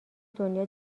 دنیا